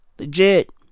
legit